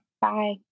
Bye